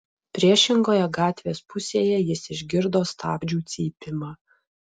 priešingoje gatvės pusėje jis išgirdo stabdžių cypimą